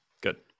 Good